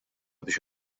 biex